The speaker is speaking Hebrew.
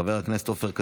חבר הכנסת עופר כסיף,